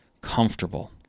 comfortable